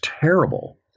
terrible